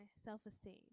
self-esteem